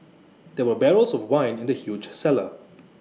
there were barrels of wine in the huge cellar